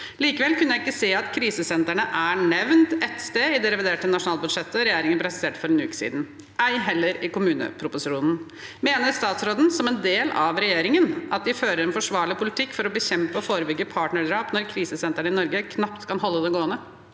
Likevel kunne jeg ikke se at krisesentrene er nevnt ett sted i det reviderte nasjonalbudsjettet regjeringen presenterte for en uke siden, ei heller i kommuneproposisjonen. Mener statsråden, som en del av regjeringen, at de fører en forsvarlig politikk for å bekjempe og fore bygge partnerdrap når krisesentrene i Norge knapt kan holde det gående?